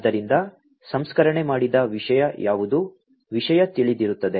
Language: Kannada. ಆದ್ದರಿಂದ ಸಂಸ್ಕರಣೆ ಮಾಡಿದ ವಿಷಯ ಯಾವುದು ವಿಷಯ ತಿಳಿದಿರುತ್ತದೆ